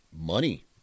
money